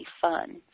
fun